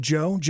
Joe